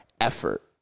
Effort